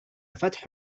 فتح